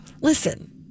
Listen